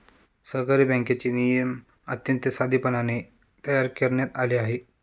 सहकारी बँकेचे नियम अत्यंत साधेपणाने तयार करण्यात आले आहेत